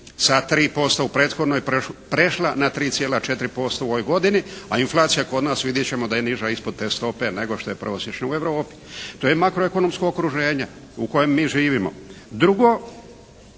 sa 3% u prethodnoj prešla na 3,4% u ovoj godini, a inflacija kod nas vidjeti ćemo da je niža ispod te stope nego što je prosječna u Europi. To je makroekonomsko okruženje u kojem mi živimo. Drugo,